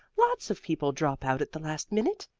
lots of people drop out at the last minute.